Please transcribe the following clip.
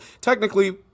technically